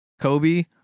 Kobe